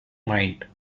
mind